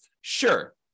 Sure